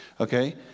Okay